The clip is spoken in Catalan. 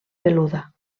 peluda